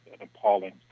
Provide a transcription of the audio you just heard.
appalling